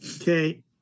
Okay